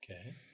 Okay